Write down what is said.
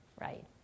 right